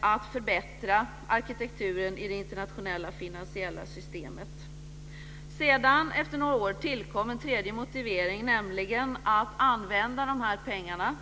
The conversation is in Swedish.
att förbättra arkitekturen i det internationella finansiella systemet. Sedan, efter några år, tillkom en tredje motivering, nämligen att använda de här pengarna.